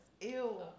Ew